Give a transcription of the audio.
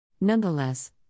Nonetheless